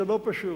זה לא פשוט.